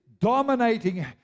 dominating